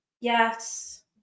Yes